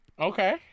Okay